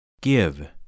give